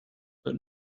but